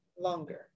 longer